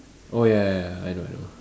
oh ya ya ya I know I know